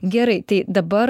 gerai tai dabar